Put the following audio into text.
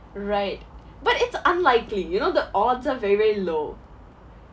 right but it's unlikely you know the odds are very very low